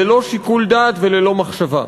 ללא שיקול דעת וללא מחשבה.